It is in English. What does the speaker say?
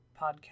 podcast